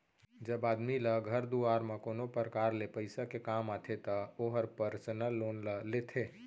जब आदमी ल घर दुवार म कोनो परकार ले पइसा के काम आथे त ओहर पर्सनल लोन ले लेथे